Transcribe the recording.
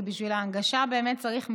כי בשביל ההנגשה באמת צריך מיליארדים.